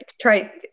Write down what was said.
try